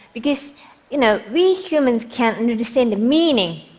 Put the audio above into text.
because you know we humans can understand the meaning.